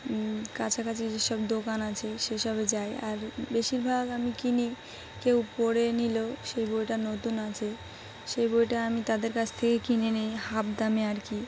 কাছাকাছি যেসব দোকান আছে সেসবে যাই আর বেশিরভাগ আমি কিনি কেউ পড়ে নিল সেই বইটা নতুন আছে সেই বইটা আমি তাদের কাছ থেকে কিনে নিই হাফ দামে আর কি